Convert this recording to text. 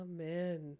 amen